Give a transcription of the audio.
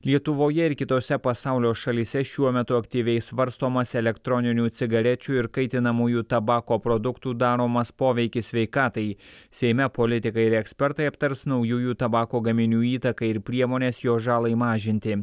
lietuvoje ir kitose pasaulio šalyse šiuo metu aktyviai svarstomas elektroninių cigarečių ir kaitinamųjų tabako produktų daromas poveikis sveikatai seime politikai ir ekspertai aptars naujųjų tabako gaminių įtaką ir priemones jo žalai mažinti